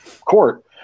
court